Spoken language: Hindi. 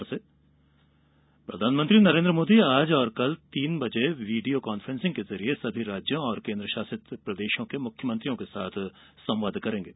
प्रधानमंत्री संवाद प्रधानमंत्री नरेन्द्र मोदी आज और कल तीन बजे वीडियो कांफ्रेंसिंग के जरिए सभी राज्यों और केंद्र शासित प्रदेशों के मुख्यमंत्रियों के साथ संवाद करेंगे